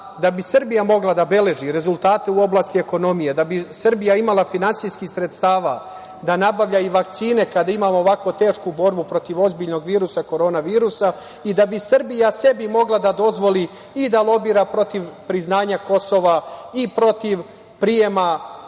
da bi Srbija mogla da beleži rezultate u oblasti ekonomije, da bi Srbija imala finansijskih sredstava da nabavlja i vakcine kada imamo ovako tešku borbu protiv ozbiljnog virusa, korona virusa, i da bi Srbija sebi mogla da dozvoli i da lobira protiv priznanja Kosova i protiv prijema tzv.